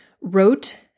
wrote